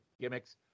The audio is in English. gimmicks